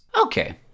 Okay